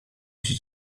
się